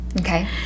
Okay